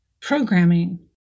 programming